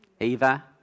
Eva